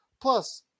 Plus